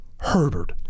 Herbert